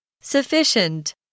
Sufficient